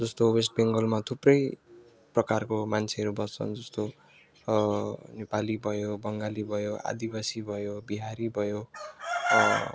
जस्तो वेस्ट बङ्गालमा थुप्रै प्रकारको मान्छेहरू बस्छन् जस्तो नेपाली भयो बङ्गाली भयो आदिवासी भयो बिहारी भयो